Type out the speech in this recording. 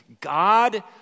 God